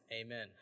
Amen